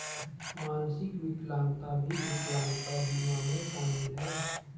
मानसिक विकलांगता भी विकलांगता बीमा में शामिल हैं